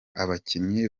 abakinnyi